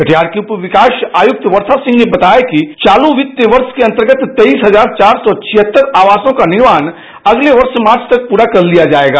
कटिहार की उप विकास आयुक्त वर्षा सिंह ने बताया कि चालू वित्त वर्ष के अंतर्गत तेईस हजार चार सौ छिहत्तर आवासों का निर्माण अगले वर्ष मार्च तक पूरा कर लिया जायेगा